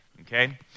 okay